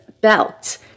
belt